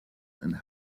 and